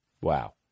Wow